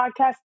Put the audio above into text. podcast